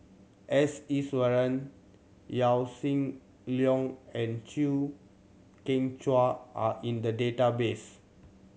S Iswaran Yaw Shin Leong and Chew Kheng Chuan are in the database